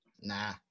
Nah